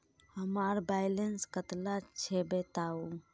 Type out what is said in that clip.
हमार बैलेंस कतला छेबताउ?